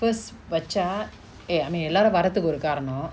first வச்சா:vachaa eh I mean எல்லாரு வரதுக்கு ஒரு காரனோ:ellaru varathuku oru karano